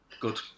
good